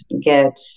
get